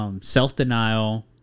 self-denial